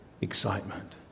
excitement